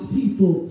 people